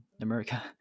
America